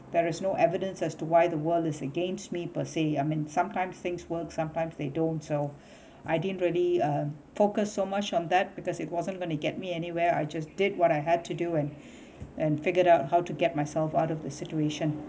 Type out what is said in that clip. there is no evidence as to why the world is against me per se I mean sometimes things work sometimes they don't so I didn't really uh focus so much on that because it wasn't gonna get me anywhere I just did what I had to do and and figured out how to get myself out of the situation